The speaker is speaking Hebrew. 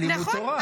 לימוד התורה.